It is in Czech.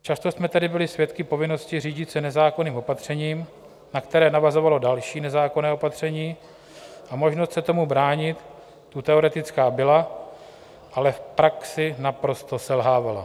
Často jsme tedy byli svědky povinnosti řídit se nezákonným opatřením, na které navazovalo další nezákonné opatření, a možnost se tomu bránit tu teoretická byla, ale v praxi naprosto selhávala.